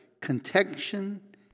contention